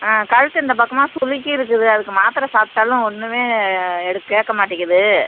ஆ கழுத்து இந்த பக்கமா சுளுக்கிருக்குது அதுக்கு மாத்திரை சாப்பிட்டாலும் ஒன்னுமே எடு கேட்க மாட்டங்குது